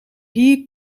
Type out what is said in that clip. hier